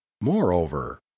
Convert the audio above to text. moreover